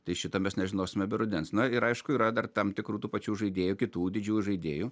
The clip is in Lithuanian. tai šito mes nežinosime be rudens na ir aišku yra dar tam tikrų tų pačių žaidėjų kitų didžių žaidėjų